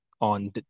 on